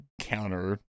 counter